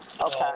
Okay